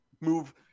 move